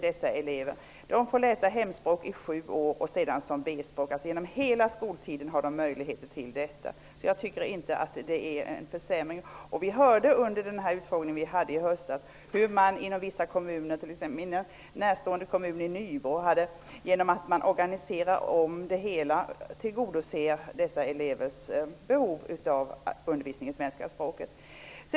De får läsa språket som hemspråk i sju år och sedan som B-språk. De har möjlighet till detta genom hela skoltiden. Jag tycker inte att det är någon försämring. Under utfrågningen vi hade i höstas hörde vi hur man inom vissa kommuner, exempelvis min närstående kommun i Nybro, genom omorganisering tillgodosåg dessa elevers behov av undervisning i svenska språket.